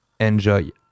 Enjoy